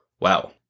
Wow